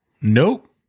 Nope